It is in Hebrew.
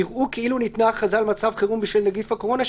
יראו כאילו ניתנה הכרזה על מצב חירום בשל נגיף הקורונה,